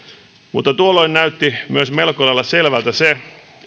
mutta tuolloin näytti myös melko lailla selvältä se